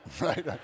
right